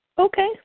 Okay